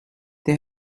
they